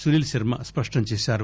సునీల్ శర్మ స్పష్టం చేశారు